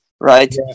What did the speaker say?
right